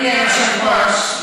גברתי היושבת-ראש,